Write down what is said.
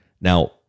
Now